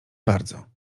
bardzo